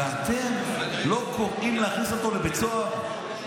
ואתם לא קוראים להכניס אותו לבית סוהר.